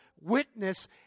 witness